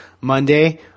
Monday